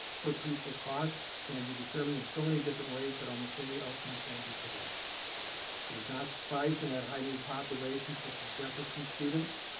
per people cost can be determined in so many different ways that almost any outcome can be produced. it is not surprising that high need population such as jefferson students